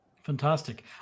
Fantastic